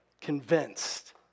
convinced